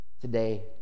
today